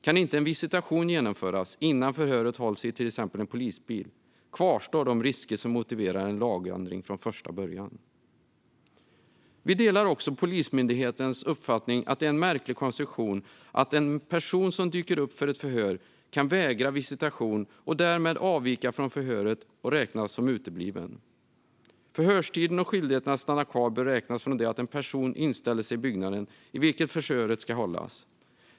Kan inte en visitation genomföras innan förhöret hålls i till exempel en polisbil kvarstår de risker som motiverar en lagändring från första början. Vi delar också Polismyndighetens uppfattning att det är en märklig konstruktion att en person som dyker upp för ett förhör kan vägra visitation och därmed avvika från förhöret och räknas som utebliven. Förhörstiden och skyldigheten att stanna kvar bör räknas från det att en person inställer sig i byggnaden i vilken förhöret ska hållas.